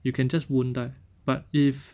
you can just won't die but if